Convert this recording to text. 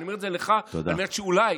אני אומר את זה לך על מנת שאולי,